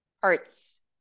parts